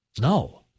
no